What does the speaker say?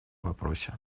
вопросе